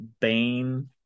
Bane